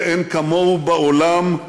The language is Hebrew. שאין כמוהו בעולם,